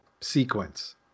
sequence